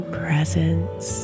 presence